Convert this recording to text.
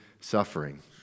suffering